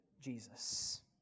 Jesus